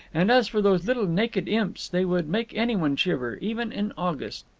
and as for those little naked imps they would make anyone shiver, even in august.